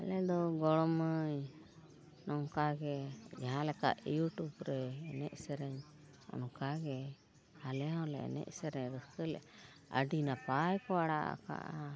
ᱟᱞᱮᱫᱚ ᱜᱚᱲᱚᱢ ᱢᱟᱹᱭ ᱱᱚᱝᱠᱟᱜᱮ ᱡᱟᱦᱟᱸ ᱞᱮᱠᱟ ᱤᱭᱩᱴᱩᱵᱽ ᱨᱮ ᱮᱱᱮᱡ ᱥᱮᱨᱮᱧ ᱚᱱᱠᱟᱜᱮ ᱟᱞᱮ ᱦᱚᱸᱞᱮ ᱮᱱᱮᱡ ᱥᱮᱨᱮᱧ ᱨᱟᱹᱥᱠᱟᱹ ᱞᱮᱫᱟ ᱟᱹᱰᱤ ᱱᱟᱯᱟᱭ ᱠᱚ ᱟᱲᱟᱜ ᱟᱠᱟᱫᱟ